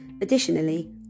Additionally